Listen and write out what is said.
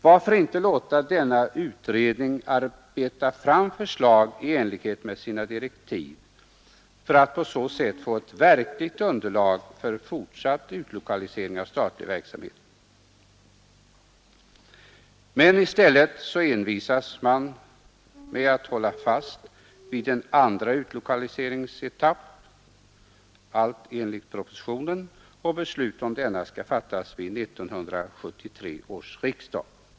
Varför inte låta denna utredning arbeta fram förslag i enlighet med sina direktiv för att på så sätt få ett verkligt underlag för fortsatt utlokalisering av statlig verksamhet? Men i stället envisas man med att hålla fast vid en andra utlokaliseringsetapp, allt enligt propositionen, och beslut om denna utlokalisering skall fattas vid 1973 års riksdag.